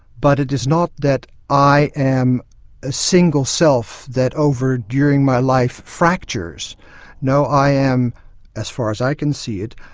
but it is not that i am a single self that over during my life fractures no, i am as far as i can see it,